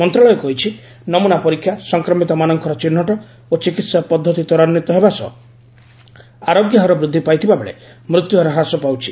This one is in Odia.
ମନ୍ତ୍ରଣାଳୟ କହିଛି ନମୁନା ପରୀକ୍ଷା ସଂକ୍ରମିତମାନଙ୍କର ଚିହ୍ନଟ ଓ ଚିକିତ୍ସା ପଦ୍ଧତି ତ୍ୱରାନ୍ଧିତ ହେବା ସହ ଆରୋଗ୍ୟ ହାର ବୃଦ୍ଧି ପାଇଥିବାବେଳେ ମୃତ୍ୟୁହାର ହ୍ରାସ ପାଉଛି